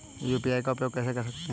UPI का उपयोग कैसे कर सकते हैं?